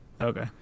Okay